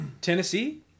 Tennessee